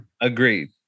Agreed